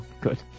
Good